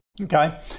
Okay